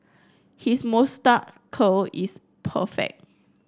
his moustache curl is perfect